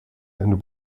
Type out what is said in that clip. and